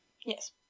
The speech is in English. Yes